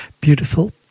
Beautiful